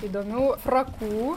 įdomių frakų